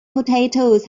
potatoes